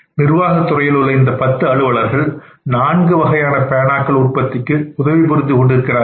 நிர்வாகத்துறையில் உள்ள இந்த 10 அலுவலர்கள் நான்கு வகையான பேனாக்கள் உற்பத்திக்கு உதவி புரிந்து கொண்டிருக்கிறார்கள்